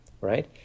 right